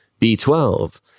B12